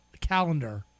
calendar